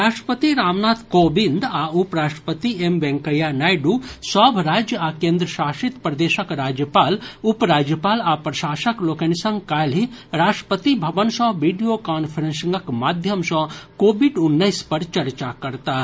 राष्ट्रपति रामनाथ कोविंद आ उप राष्ट्रपति एम वेंकैया नायडू सभ राज्य आ केंद्रशासित प्रदेशक राज्यपाल उप राज्यपाल आ प्रशासक लोकनि संग काल्हि राष्ट्रपति भवन सँ वीडियो कांफ्रेंसिंगक माध्मय सँ कोविड उन्नैस पर चर्चा करताह